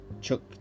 Chuck